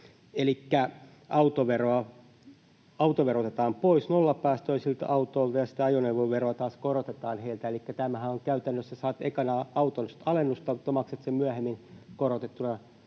Elikkä autovero otetaan pois nollapäästöisiltä autoilta, ja sitten ajoneuvoveroa taas korotetaan heillä. Tämähän on käytännössä, että saat ekana autosta alennusta, mutta maksat myöhemmin korotettuna